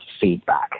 feedback